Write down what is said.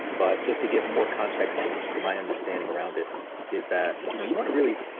but just to give more context to to my understanding around it is that you know you want to really.